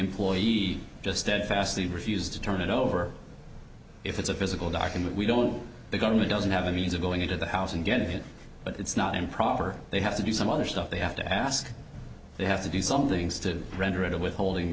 employee just steadfastly refused to turn it over if it's a physical doc and that we don't the government doesn't have a means of going into the house and getting it but it's not improper they have to do some other stuff they have to ask they have to do some things to render it a withholding